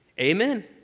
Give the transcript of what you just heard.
Amen